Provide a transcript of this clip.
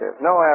No